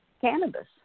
cannabis